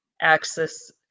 access